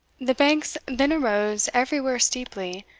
the banks then arose everywhere steeply,